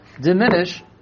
diminish